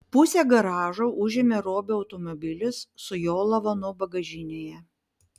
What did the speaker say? pusę garažo užėmė robio automobilis su jo lavonu bagažinėje